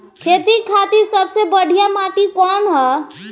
खेती खातिर सबसे बढ़िया माटी कवन ह?